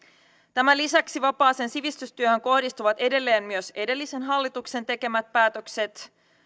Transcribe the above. tämän lisäksi vapaaseen sivistystyöhön kohdistuvat edelleen myös edellisen hallituksen tekemät päätökset